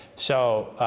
so,